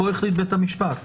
כאן החליט בית המשפט.